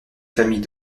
famille